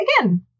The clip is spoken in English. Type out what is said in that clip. again